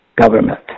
government